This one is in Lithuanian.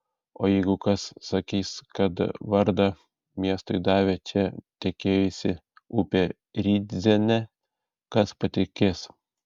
o jeigu kas sakys kad vardą miestui davė čia tekėjusi upė rydzene kas patikės